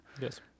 Yes